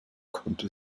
konnte